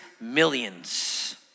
millions